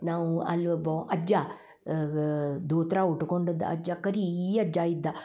ನಾವು ಅಲ್ಲಿ ಒಬ್ಬ ಅಜ್ಜ ದೂತ್ರಾ ಉಟ್ಕೊಂಡದ್ ಅಜ್ಜ ಕರೀ ಅಜ್ಜ ಇದ್ದ